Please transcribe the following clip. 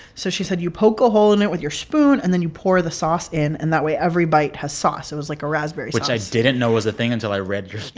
so she said, you poke a hole in it with your spoon. and then you pour the sauce in. and that way every bite has sauce. it was like a raspberry sauce. which i didn't know was a thing until i read your story.